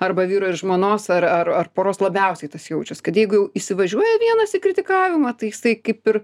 arba vyro ir žmonos ar ar ar poros labiausiai tas jaučias kad jeigu jau įsivažiuoja vienas kritikavimą tai jisai kaip ir